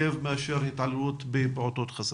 שלום לכולם.